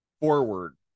forward